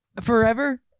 forever